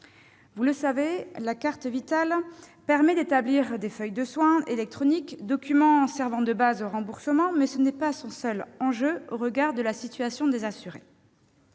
Vous le savez, la carte Vitale permet d'établir des feuilles de soins électroniques, documents servant de base au remboursement ; mais ce n'est pas sa seule fonction au regard de la situation des assurés.